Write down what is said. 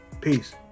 Peace